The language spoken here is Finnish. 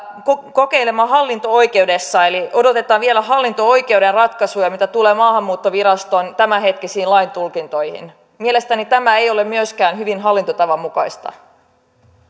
kokeilemaan hallinto oikeudessa eli odotetaan vielä hallinto oikeuden ratkaisuja mitä tulee maahanmuuttoviraston tämänhetkisiin laintulkintoihin mielestäni tämä ei ole myöskään hyvän hallintotavan mukaista